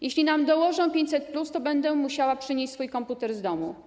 Jeśli nam dołożą 500+, to będę musiała przynieść swój komputer z domu.